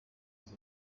ibyo